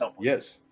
yes